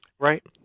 Right